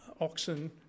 oxen